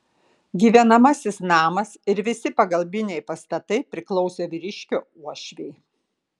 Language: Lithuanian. gyvenamasis namas ir visi pagalbiniai pastatai priklausė vyriškio uošvei